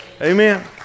Amen